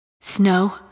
Snow